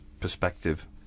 perspective